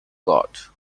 god